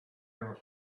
her